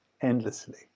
endlessly